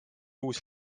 uus